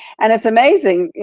and it's amazing.